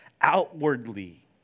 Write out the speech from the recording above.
outwardly